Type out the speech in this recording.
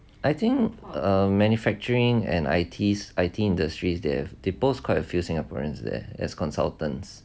I think uh manufacturing and I_T industries they have they post quite a lot of singaporeans there as consultants